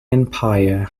empire